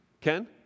Ken